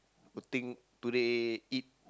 the thing today eat